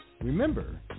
Remember